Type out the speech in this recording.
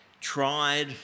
tried